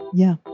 yeah.